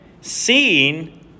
Seeing